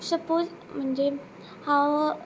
suppose म्हणजे हांव